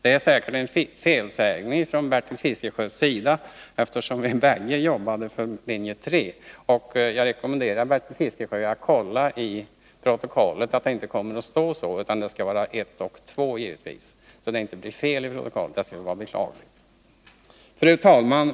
Det är säkert en ren Fru talman!